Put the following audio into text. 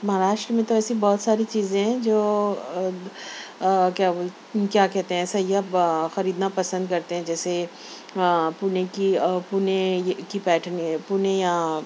مہاراشٹر میں تو ایسی بہت ساری چیزیں ہیں جو کیا کیا کہتے ہیں سیاح خریدنا پسند کرتے ہیں جیسے پونے کی پونے کی پیٹرن پونے یا